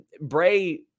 Bray